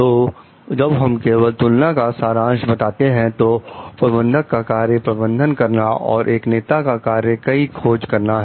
तो जब हम केवल तुलना का सारांश बनाते हैं तो प्रबंधक का कार्य प्रबंधन करना और एक नेता का कार्य नई खोज करना है